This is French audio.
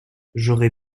j’aurais